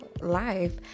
life